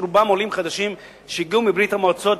עולים חדשים שהגיעו מברית-המועצות,